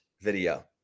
video